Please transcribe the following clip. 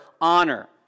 honor